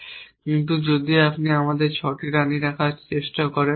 কিন্তু আপনি যদি আমাদের একটি 6 রানী সমস্যা চেষ্টা করতে দিন